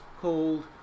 called